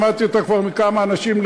שמעתי אותה כבר מכמה אנשים.